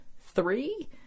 three